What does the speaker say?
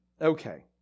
Okay